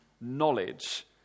knowledge